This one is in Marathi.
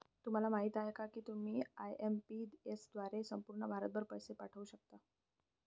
तुम्हाला माहिती आहे का की तुम्ही आय.एम.पी.एस द्वारे संपूर्ण भारतभर पैसे पाठवू शकता